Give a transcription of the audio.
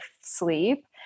sleep